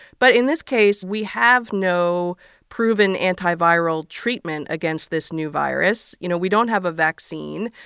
but in this case, we have no proven antiviral treatment against this new virus. you know, we don't have a vaccine.